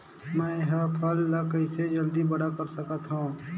मैं ह फल ला कइसे जल्दी बड़ा कर सकत हव?